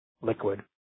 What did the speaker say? liquid